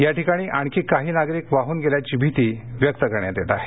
याठिकाणी आणखी काही नागरिक वाहून गेल्याची भीती व्यक्त करण्यात येत आहे